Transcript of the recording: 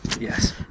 Yes